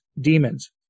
demons